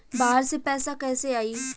बाहर से पैसा कैसे आई?